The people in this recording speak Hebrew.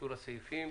אישור הסעיפים?